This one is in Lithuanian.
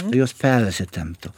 jos persitemptų